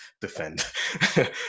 defend